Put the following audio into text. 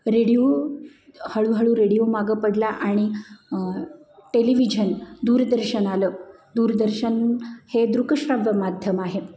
radio हळूहळू radio मागं पडला आणि टेलिव्हिजन दूरदर्शन आलं दूरदर्शन हे दृकश्राव्य माध्यम आहे